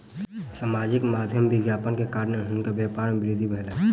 सामाजिक माध्यमक विज्ञापन के कारणेँ हुनकर व्यापार में वृद्धि भेलैन